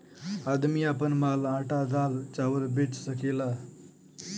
आदमी आपन माल आटा दाल चावल बेच सकेला